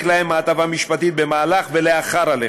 להם הטבה משפטית במהלך הלחימה ואחריה.